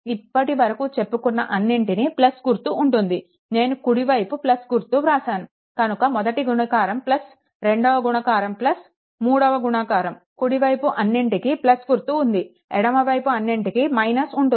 ఇప్పటి వరకు చెప్పుకున్న అన్నింటిని గుర్తు ఉంటుంది నేను కుడి వైపు గుర్తు వ్రాసాను కనుక మొదటి గుణకారం రెండవ గుణకారం మూడవ గుణాకరం కుడివైపు అన్నిటికి గుర్తు ఉంది ఎడమ వైపు అన్నింటికీ - ఉంటుంది